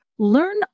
learn